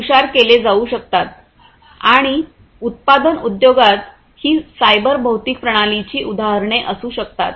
हे हुशार केले जाऊ शकतात आणि उत्पादन उद्योगात ही सायबर भौतिक प्रणालीची उदाहरणे असू शकतात